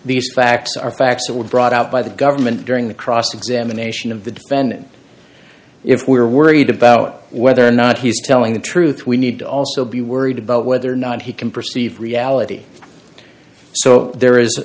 these facts are facts that were brought out by the government during the cross examination of the defendant if we're worried about whether or not he's telling the truth we need to also be worried about whether or not he can perceive reality so there is